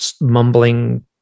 mumbling